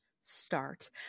start